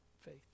faith